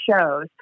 shows